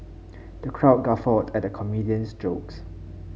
the crowd guffawed at the comedian's jokes